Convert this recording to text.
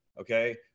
Okay